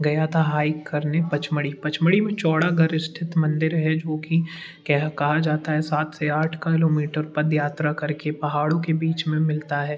गया था हाइक करने पचमढ़ी पचमढ़ी में चौरागढ़ स्थित मंदिर है जो कि कहा जाता है सात से आठ किलोमीटर पद यात्रा कर के पहाड़ों के बीच में मिलता है